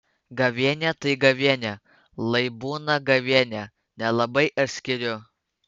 gavėnia tai gavėnia lai būna gavėnia nelabai aš skiriu